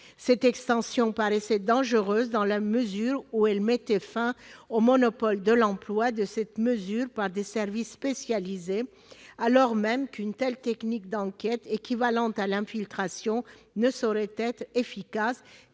Cette extension paraissait dangereuse dans la mesure où elle mettait fin au monopole de l'emploi de cette mesure par des services spécialisés. Or une telle technique d'enquête, équivalant à l'infiltration, ne peut être efficace